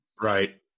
Right